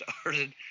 started